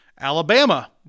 Alabama